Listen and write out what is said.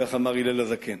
כך אמר הלל הזקן.